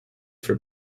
for